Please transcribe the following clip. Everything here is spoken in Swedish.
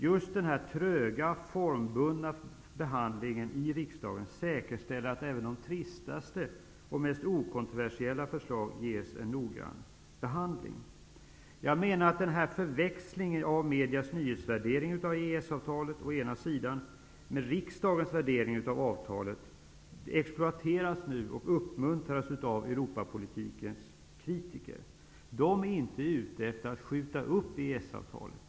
Just den tröga, formbundna behandlingen i riksdagen säkerställer att även de tristaste och mest okontroversiella förslag ges en noggrann behandling. Jag menar att denna förväxling av medias nyhetsvärdering av EES-avtalet med riksdagens värdering av EES-avtalet nu exploateras och uppmuntras av Europapolitikens kritiker. De är inte ute efter att skjuta upp EES-avtalet.